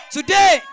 Today